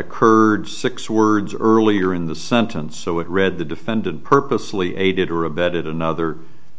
occurred six words earlier in the sentence so it read the defendant purposely aided or abetted another